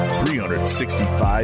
365